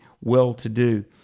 well-to-do